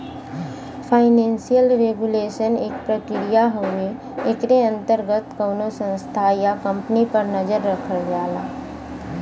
financial regulation एक प्रक्रिया हउवे एकरे अंतर्गत कउनो संस्था या कम्पनी पर नजर रखल जाला